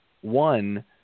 one